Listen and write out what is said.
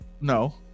no